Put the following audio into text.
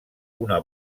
una